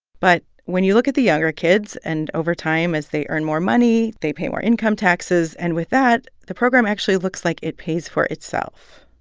but when you look at the younger kids, and over time, as they earn more money, they pay more income taxes. and with that, the program actually looks like it pays for itself.